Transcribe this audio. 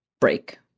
break